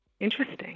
Interesting